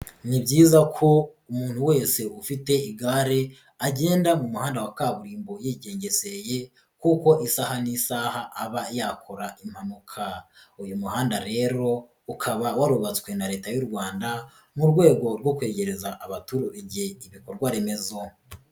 Ni byiza ko umuntu wese ufite igare, agenda mu muhanda wa kaburimbo yigengeseye kuko isaha n'isaha aba yakora impanuka, uyu muhanda rero ukaba warubatswe na leta y'u Rwanda, mu rwego rwo kwegereza abaturage ibikorwa remezo.